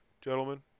gentlemen